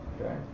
Okay